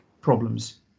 problems